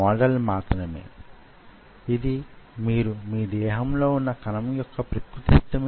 ఈ నేపథ్యాన్ని మీ ముందుంచి ఈ ఉపన్యాసాన్ని ముగిస్తాను